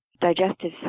digestive